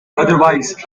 otherwise